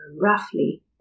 roughly